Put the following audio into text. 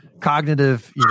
cognitive